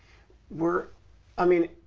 were i mean,